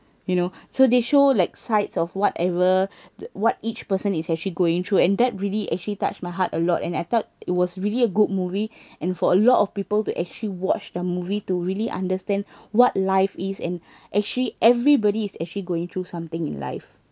you know so they show like sights of whatever the what each person is actually going through and that really actually touched my heart a lot and I thought it was really a good movie and for a lot of people to actually watch the movie to really understand what life is and actually everybody is actually going through something in life